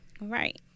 Right